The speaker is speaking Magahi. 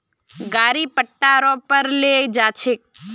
गाड़ी पट्टा रो पर ले जा छेक